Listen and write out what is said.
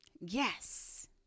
Yes